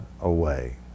away